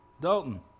Dalton